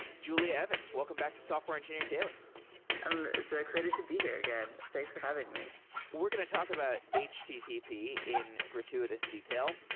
julia evans, welcome back to software engineering daily i'm so excited to be here again. thanks for having me we're going to talk about http in gratuitous detail,